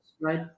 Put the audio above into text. right